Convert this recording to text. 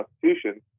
Constitution